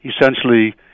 Essentially